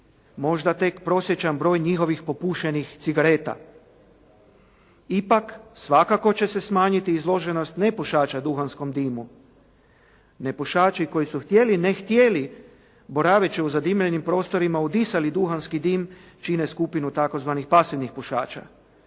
Možda tek prosječan broj njihovih popušenih cigareta. Ipak svakako će se smanjiti izloženost nepušača duhanskom dimu. Nepušači koji su htjeli ne htjeli boraveći u zadimljenim prostorima udisali duhanski dim, čine skupinu tzv. pasivnih pušača.